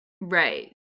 Right